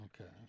Okay